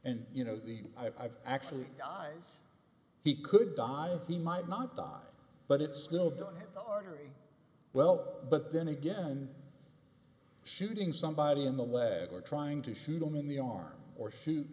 and you know the i've actually guys he could die he might not die but it's still doing the ordinary well but then again shooting somebody in the leg or trying to shoot them in the arm or shoot